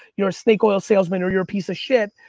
you're a snake oil salesman or you're a piece of shit,